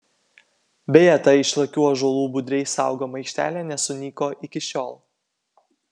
beje ta išlakių ąžuolų budriai saugoma aikštelė nesunyko iki šiol